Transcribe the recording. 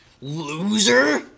loser